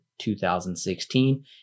2016